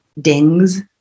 dings